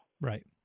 Right